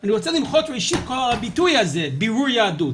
אני רוצה למחות על הביטוי הזה בירור יהדות